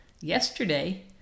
Yesterday